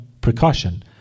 precaution